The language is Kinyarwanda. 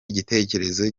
igitekerezo